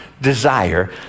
desire